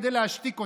כדי להשתיק אותה.